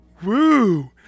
Woo